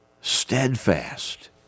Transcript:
Steadfast